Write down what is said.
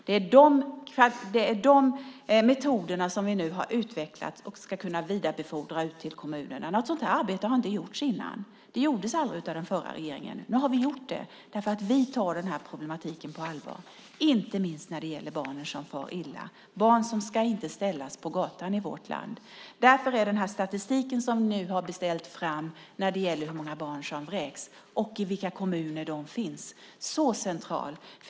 Det är de metoderna som vi nu har utvecklat och ska kunna vidarebefordra ut till kommunerna. Något sådant här arbete har inte gjorts tidigare. Det gjordes aldrig av den förra regeringen. Nu har vi gjort det, därför att vi tar den här problematiken på allvar, inte minst när det gäller barn som far illa. Barn ska inte ställas på gatan i vårt land. Därför är den statistik som vi nu har beställt fram över hur många barn som vräks och i vilka kommuner de finns så central.